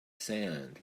sand